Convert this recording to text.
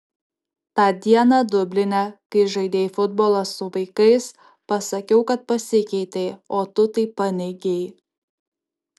tą dieną dubline kai žaidei futbolą su vaikais pasakiau kad pasikeitei o tu tai paneigei